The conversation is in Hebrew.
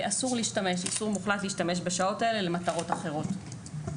ויש איסור מוחלט להשתמש בשעות האלו למטרות אחרות.